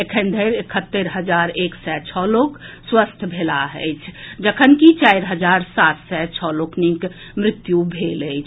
एखन धरि एकहत्तरि हजार एक सय छओ लोक स्वस्थ भेलाह अछि जखनकि चारि हजार सात सय छओ लोकनिक मृत्यु भेल अछि